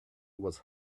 was